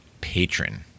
patron